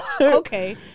Okay